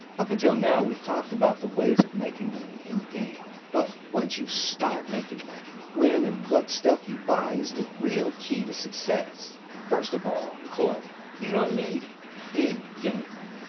up until now we've talked about the ways of making money in game. but once you start making, when and what stuff you buy is the real key to success. first of all, clothes you don't need em in game